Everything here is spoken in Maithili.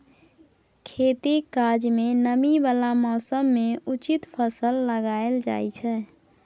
खेतीक काज मे नमी बला मौसम मे उचित फसल लगाएल जाइ छै